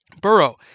Burrow